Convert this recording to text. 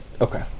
Okay